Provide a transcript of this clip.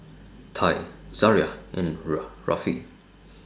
Ty Zariah and Rafe